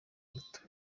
umuto